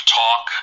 talk